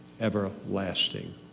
everlasting